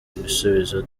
ibisubizo